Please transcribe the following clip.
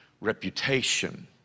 reputation